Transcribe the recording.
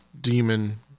demon